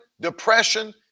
depression